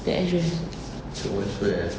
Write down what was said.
the address